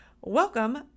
welcome